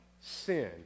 sin